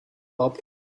pub